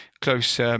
close